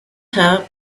help